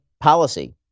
policy